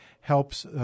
helps